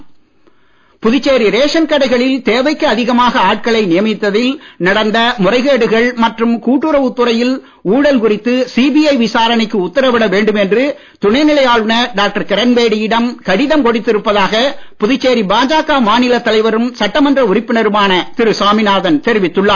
புதுச்சேரி பாஜக புதுச்சேரி ரேஷன் கடைகளில் தேவைக்கு அதிகமாக ஆட்களை நியமித்த்தில் நடந்த முறைகேடுகள் மற்றும் கூட்டுறவுத் துறையில் ஊழல் குறித்து சிபிஐ விசாரணைக்கு உத்தரவிட வேண்டும் என்று துணை நிலை ஆளுநர் டாக்டர் கிரண்பேடியிடம் கடிதம் கொடுத்திருப்பதாக புதுச்சேரி பாஜக மாநிலத் தலைவரும் சட்டமன்ற உறுப்பினருமான திரு சாமிநாதன் தெரிவித்துள்ளார்